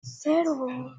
cero